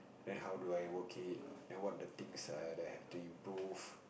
and how do I work it and what are the things I have to improve